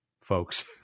folks